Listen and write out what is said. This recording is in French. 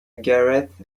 gareth